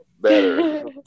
better